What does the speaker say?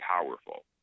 powerful